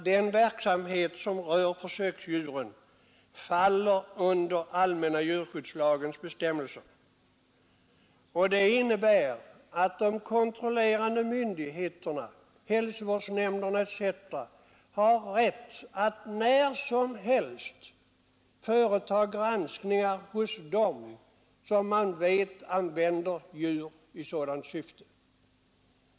Den verksamhet som rör försöksdjuren faller under allmänna djurskyddslagens bestämmelser, och det innebär att de kontrollerande myndigheterna, t.ex. hälsovårdsnämnderna, har rätt att när som helst företa kontroll hos dem som man vet använder djur för sådana ändamål.